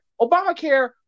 Obamacare